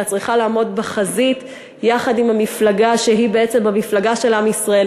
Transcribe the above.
אלא כמי צריכה לעמוד בחזית יחד עם המפלגה שהיא בעצם המפלגה של עם ישראל,